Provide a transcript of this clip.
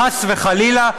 חס וחלילה,